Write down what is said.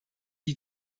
die